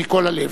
מכל הלב.